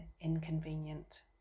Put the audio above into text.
inconvenient